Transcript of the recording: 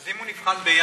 אז אם הוא נבחן בינואר,